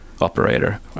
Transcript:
operator